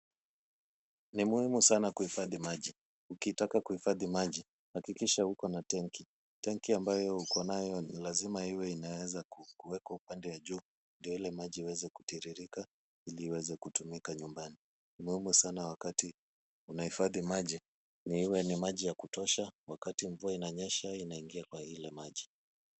Ni muhimu sana kuhifadhi maji. Ukitaka kuhifadhi maji hakikisha uko na tenki . Tenki ambayo uko nayo ni lazima iwe inaweza kuwekwa upande wa juu ndio ile maji iweze kutiririka ili iweze kutumika nyumbani. Ni muhimu sana wakati unahifadhi maji iwe ni maji ya kutosha wakati mvua inanyesha inaingia kwa ile maji.